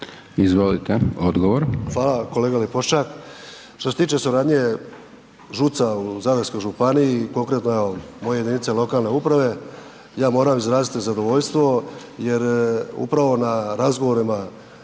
Davor (HDZ)** Hvala, kolega Lipošćak. Što se tiče suradnje ŽUC-a u Zadarskoj županiji, konkretno evo moje jedinice lokalne uprave, ja moram izraziti zadovoljstvo jer upravo na razgovorima,